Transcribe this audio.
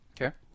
Okay